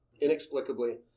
Inexplicably